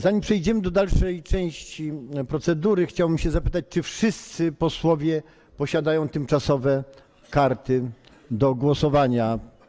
Zanim przejdziemy do dalszej części procedury, chciałbym zapytać, czy wszyscy posłowie posiadają tymczasowe karty do głosowania.